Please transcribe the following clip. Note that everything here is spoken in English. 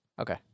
Okay